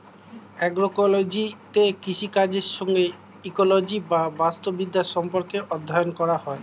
অ্যাগ্রোইকোলজিতে কৃষিকাজের সঙ্গে ইকোলজি বা বাস্তুবিদ্যার সম্পর্ক অধ্যয়ন করা হয়